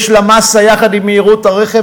יש לה מאסה יחד עם מהירות הרכב,